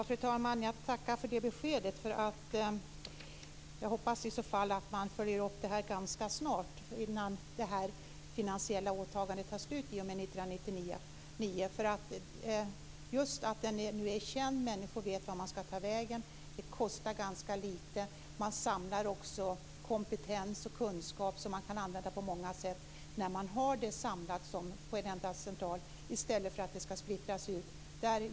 Fru talman! Jag tackar för det beskedet. Jag hoppas i så fall att man följer upp det ganska snart, innan det finansiella åtagandet tar slut i och med 1999. Betydelsefullt är just att verksamheten nu är känd, att människor vet vart de skall ta vägen. Det kostar ganska lite. Man samlar också kompetens och kunskap som man kan använda på många sätt när man har verksamhet samlad på en enda central i stället för att den skall splittras upp.